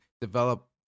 develop